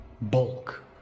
bulk